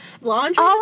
Laundry